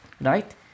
Right